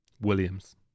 Williams